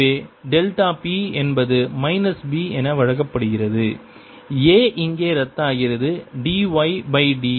எனவே delta p என்பது minus B என வழங்கப்படுகிறது A இங்கே ரத்தாகிறது dy பை dx